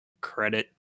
credit